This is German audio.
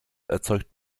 erzeugt